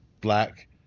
black